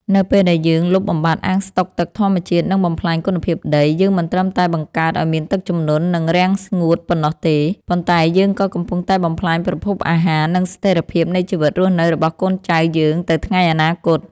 នៅពេលដែលយើងលុបបំបាត់អាងស្តុកទឹកធម្មជាតិ និងបំផ្លាញគុណភាពដី យើងមិនត្រឹមតែបង្កើតឱ្យមានទឹកជំនន់ និងរាំងស្ងួតប៉ុណ្ណោះទេ ប៉ុន្តែយើងក៏កំពុងតែបំផ្លាញប្រភពអាហារ និងស្ថិរភាពនៃជីវិតរស់នៅរបស់កូនចៅយើងទៅថ្ងៃអនាគត។